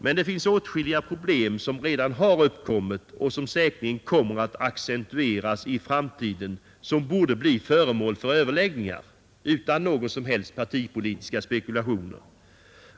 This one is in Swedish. Men det finns åtskilliga problem som redan har uppkommit, som säkerligen kommer att accentueras i framtiden och som borde bli föremål för överläggningar utan partipolitiska spekulationer.